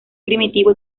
primitivo